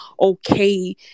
okay